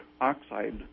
oxide